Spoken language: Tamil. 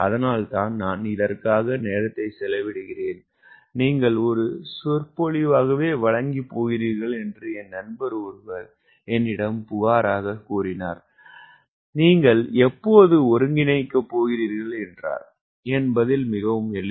அதனால்தான் நான் இதற்காக நேரத்தை செலவிடுகிறேன் நீங்கள் ஒரு சொற்பொழிவாகவே வழங்கி போகிறீர்கள் என்று என் நண்பர் ஒருவர் புகார் கூறினார் நீங்கள் எப்போது ஒருங்கிணைக்கப் போகிறீர்கள் என்றார் என் பதில் மிகவும் எளிது